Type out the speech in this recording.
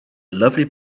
lovely